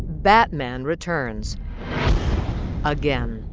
batman returns again.